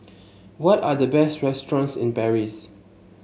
what are the best restaurants in Paris